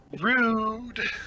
Rude